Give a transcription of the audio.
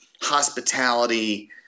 hospitality